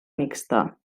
mixta